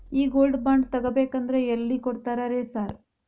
ಈ gold bond ತಗಾಬೇಕಂದ್ರ ಎಲ್ಲಿ ಕೊಡ್ತಾರ ರೇ ಸಾರ್?